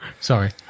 Sorry